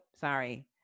sorry